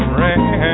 rain